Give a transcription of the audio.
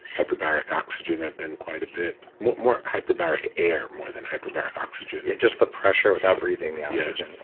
hyperbaric oxygen, i've done quite a bit. more more hyperbaric air more than hyperbaric oxygen just the pressure without breathing the oxygen yes,